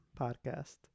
podcast